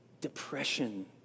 depression